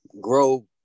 grow